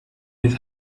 his